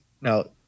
now